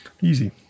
easy